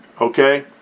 Okay